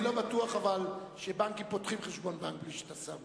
אני לא בטוח שבנקים פותחים חשבון בנק בלי שאתה שם